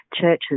churches